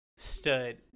stood